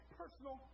personal